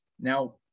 now